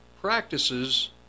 practices